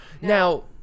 Now